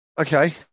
Okay